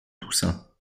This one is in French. toussaint